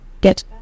get